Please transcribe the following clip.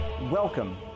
Welcome